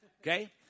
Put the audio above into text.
Okay